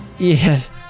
Yes